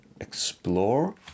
explore